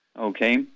okay